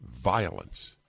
violence